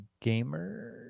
gamer